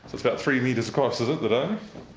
it's about three metres across, is it, the